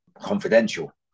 confidential